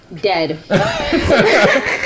dead